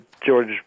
George